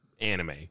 anime